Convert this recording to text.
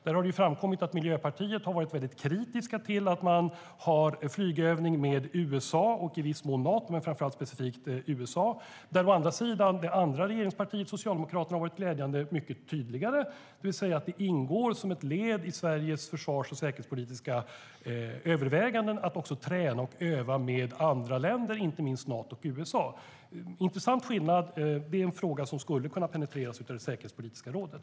Det har framkommit att å ena sidan Miljöpartiet har varit kritiskt till att ha flygövningar med USA och i viss mån Nato, men framför allt specifikt med USA, där å andra sidan Socialdemokraterna har varit glädjande tydliga, nämligen att det ingår som ett led i Sveriges försvars och säkerhetspolitiska överväganden att också träna och öva med andra länder, inte minst Nato och USA. Det är en intressant skillnad. Det är en fråga som skulle kunna penetreras av det säkerhetspolitiska rådet.